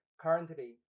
currently